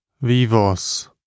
Vivos